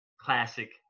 classic